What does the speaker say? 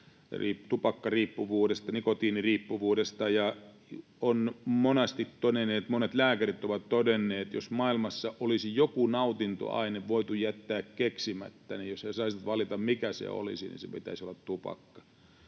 On monesti todettu, monet lääkärit ovat todenneet, että jos maailmassa olisi joku nautintoaine voitu jättää keksimättä, jos he saisivat valita, mikä se olisi, niin sen pitäisi olla tupakka